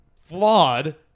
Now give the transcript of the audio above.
flawed